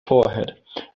forehead